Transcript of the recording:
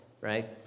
right